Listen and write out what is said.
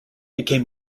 became